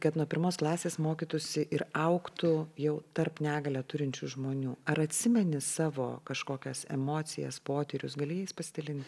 kad nuo pirmos klasės mokytųsi ir augtų jau tarp negalią turinčių žmonių ar atsimeni savo kažkokias emocijas potyrius gali jais pasidalinti